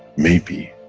maybe,